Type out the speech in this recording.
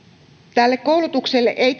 tälle koulutukselle ei